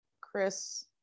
Chris